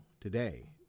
today